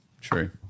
True